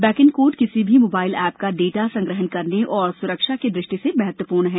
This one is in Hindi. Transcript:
बैक एण्ड कोड किसी भी मोबाइल ऐप का डेटा संग्रहण करने और सुरक्षा की दृष्टि से महत्वपूर्ण है